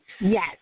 Yes